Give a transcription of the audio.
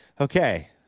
okay